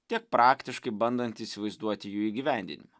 tiek praktiškai bandant įsivaizduoti jų įgyvendinimą